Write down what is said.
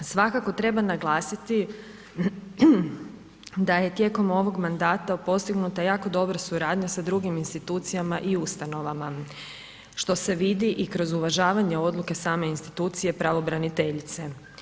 Svakako treba naglasiti da je tijekom ovog mandata postignuta jako dobra suradnja sa drugim institucijama i ustanovama, što se vidi i kroz uvažavanje odluke same institucije pravobraniteljice.